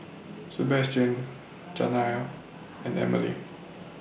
Sebastian Janiah and Amalie